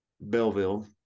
Belleville